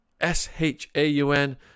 S-H-A-U-N